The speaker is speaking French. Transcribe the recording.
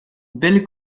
belle